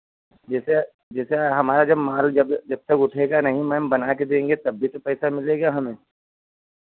जैसे जैसे हमारा जब माल जब जब तक उठेगा नहीं मैम बना के देंगे तब भी तो पैसा मिलेगा हमें